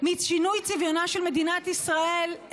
משינוי צביונה של מדינת ישראל,